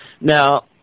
Now